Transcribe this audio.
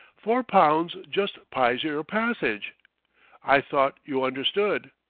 four pounds jus pyes yer passyge i thought you understood.